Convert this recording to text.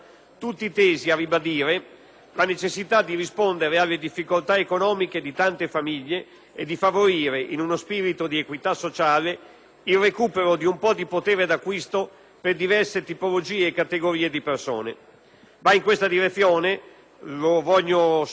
la necessità di rispondere alle difficoltà economiche di tante famiglie e di favorire, in uno spirito di equità sociale, il recupero di un po' di potere di acquisto per diverse tipologie e categorie di persone. Va in questa direzione - lo voglio sottolineare - l'adeguamento